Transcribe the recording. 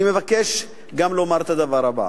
אני מבקש גם לומר את הדבר הבא: